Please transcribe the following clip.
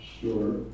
Sure